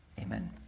Amen